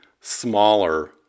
smaller